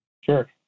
sure